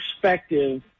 perspective